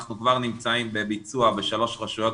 אנחנו כבר נמצאים בביצוע בשלוש רשויות